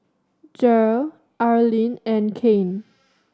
Jere Arleen and Kane